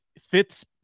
fits